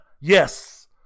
Yes